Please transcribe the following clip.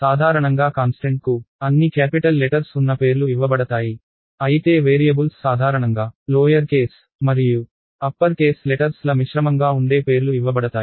సాధారణంగా కాన్స్టెంట్ కు అన్ని క్యాపిటల్ లెటర్స్ ఉన్న పేర్లు ఇవ్వబడతాయి అయితే వేరియబుల్స్ సాధారణంగా లోయర్ కేస్ మరియు అప్పర్ కేస్ లెటర్స్ ల మిశ్రమంగా ఉండే పేర్లు ఇవ్వబడతాయి